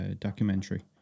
documentary